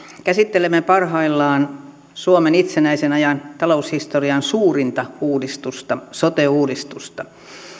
käsittelemme parhaillaan suomen itsenäisen ajan taloushistorian suurinta uudistusta sote uudistusta